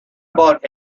about